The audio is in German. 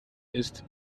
ist